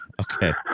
Okay